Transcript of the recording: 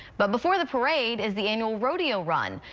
but before the parade is the annual rodeo run.